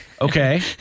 okay